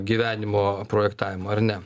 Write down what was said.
gyvenimo projektavimo ar ne